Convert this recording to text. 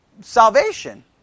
salvation